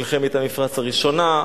מלחמת המפרץ הראשונה,